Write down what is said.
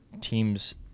teams